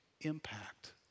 impact